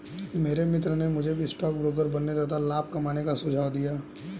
मेरे मित्र ने मुझे भी स्टॉक ब्रोकर बनने तथा लाभ कमाने का सुझाव दिया